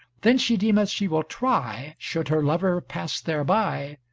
then she deemeth she will try, should her lover pass thereby,